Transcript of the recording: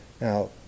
Now